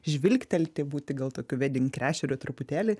žvilgtelti būti gal tokiu veding krešeriu truputėlį